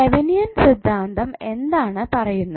Thevenin സിദ്ധാന്തം എന്താണ് പറയുന്നത്